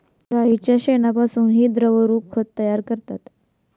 गाईच्या शेणापासूनही द्रवरूप खत तयार करतात